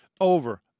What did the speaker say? over